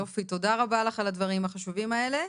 יופי, תודה רבה לך על הדברים החשובים האלה.